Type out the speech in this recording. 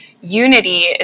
unity